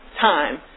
time